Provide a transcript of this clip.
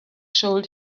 shovel